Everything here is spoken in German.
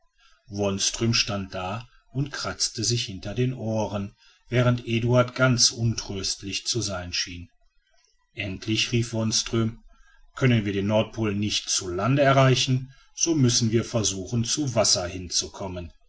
wonström stand da und kratzte sich hinter den ohren während eduard ganz untröstlich zu sein schien endlich rief wonström können wir den nordpol nicht zu lande erreichen so müssen wir versuchen zu wasser hinzukommen